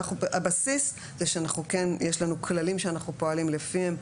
הבסיס זה שכן יש לנו כללים שאנחנו פועלים לפיהם,